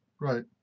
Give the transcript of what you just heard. Right